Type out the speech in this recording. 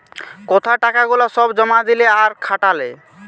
কোথায় টাকা গুলা সব জমা দিলে আর খাটালে